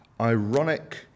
ironic